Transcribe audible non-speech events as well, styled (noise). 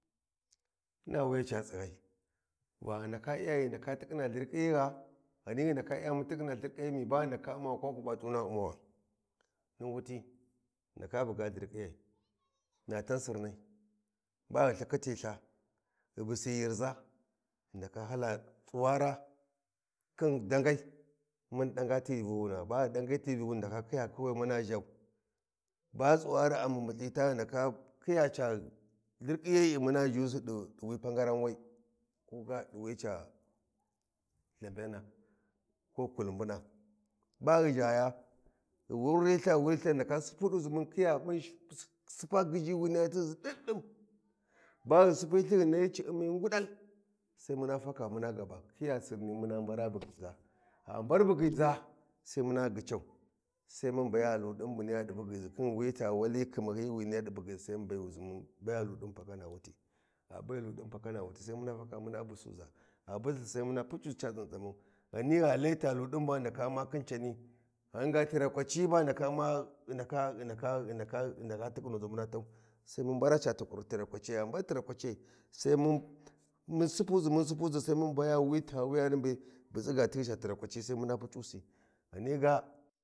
Na wuya ca tsighai va ghi ndaka iya mun tikkhina lharkyiyi gha, Ghani ghu ndaka iya mun tikkhina lharkyiyi mi ba ghu ndaka umma Kwaku ba du na umma wa. Ni wuti ghu ndaka buga lharkyiyi (noise) na tan sirnai ba ghu lthikkhiti ltha ghi busi gyirza ghi ndaka hala tsuwara (noise) khin dangai mun danga ti vuwuna ba ghu dangi ti vuwuni ghu ndaka khiya khiwa muna zhau ba tsuwari a bubulthita ghi ndaka khiya ca lthirkhiya yi muna zhu zi di wi pagaran we ko ga di wi ca lthamyana ko ga kulubuna bag hu zhaya ghu wuwuriyi ltha ghu wuwuriyi ltha ghu ndaka sipuduzi mun khiya mu (hesitation) supa gyishi wi niya tighuzi dindin. (noise) Ba ghu supulthi ghu nahyi ci’un ngudal sai muna faka muna ga ba khiya sirni mu mbara bugyiza (noise) gha mar bugyiza sai muna bugyiza gha mar bugyiza sai muna gyican mun baya ludin bu niyya di bugyi zi khin euya ca wali khimahyiyi wi niya di bugyiza sai mu bayuzi mun baya ludin pakana wuti gha bai ludin pakana wuti sai mun faka mun busu za gha busiltha sai muna putsu zi ca tsantsamau, Ghani gha ki ta ludin bag hu ndaka umma khin cani ghan ga ndaka umma khin cani ghan ga tirakwaciyi ba (hesitation) ghu ndaka tichinuzi mun tau sai mu mbara ca tirakwaciyi gha mbar tirakwaciyai sai mun sipuzi mun sipuzi mun baya wita wuyani be bu tsiga tica tirakwaciyai sai muna puc’usi Ghani ga.